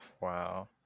Wow